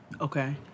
Okay